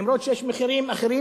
אף שיש מחירים אחרים,